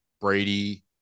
Brady